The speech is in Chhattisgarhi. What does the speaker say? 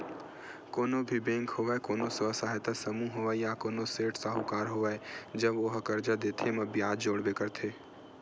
कोनो भी बेंक होवय कोनो स्व सहायता समूह होवय या कोनो सेठ साहूकार होवय जब ओहा करजा देथे म बियाज जोड़बे करथे